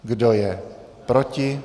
Kdo je proti?